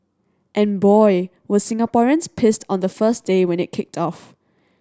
and boy were Singaporeans pissed on the first day when it kicked off